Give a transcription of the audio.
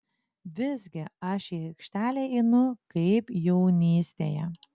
visgi aš į aikštelę einu kaip jaunystėje